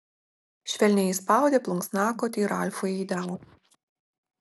švelniai įspaudė plunksnakotį ralfui į delną